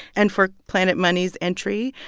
and for planet money's entry,